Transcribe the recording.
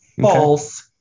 False